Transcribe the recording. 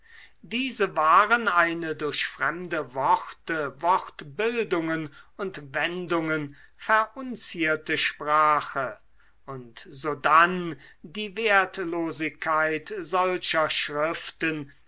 diese waren eine durch fremde worte wortbildungen und wendungen verunzierte sprache und sodann die wertlosigkeit solcher schriften